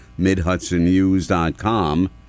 MidHudsonNews.com